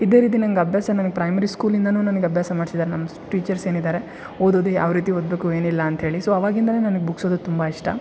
ಇದೇ ರೀತಿ ನಂಗೆ ಅಭ್ಯಾಸ ನನಗೆ ಪ್ರೈಮರಿ ಸ್ಕೂಲಿಂದಾ ನನಗೆ ಅಭ್ಯಾಸ ಮಾಡಿಸಿದ್ದಾರೆ ನಮ್ಮ ಟೀಚರ್ಸ್ ಏನಿದ್ದಾರೆ ಓದೋದು ಯಾವ ರೀತಿ ಓದಬೇಕು ಏನಿಲ್ಲ ಅಂಥೇಳಿ ಸೊ ಅವಾಗಿಂದ ನನಗೆ ಬುಕ್ಸ್ ಓದೋದು ಇಷ್ಟ